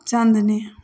Chandni